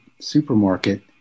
supermarket